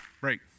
Break